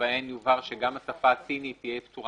שבהן יובהר שגם השפה הסינית תהיה פטורה